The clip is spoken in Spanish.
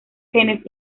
genes